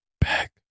Back